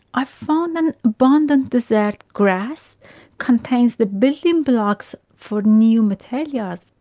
i found an abundant desert grass contains the building blocks for new materials,